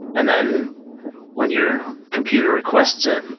and then when your computer requests it,